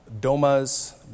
Domas